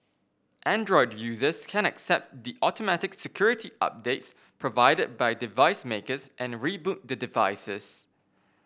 Android users can accept the automatic security updates provided by device makers and reboot the devices